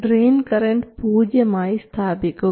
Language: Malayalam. ഡ്രയിൻ കറൻറ് പൂജ്യം ആയി സ്ഥാപിക്കുക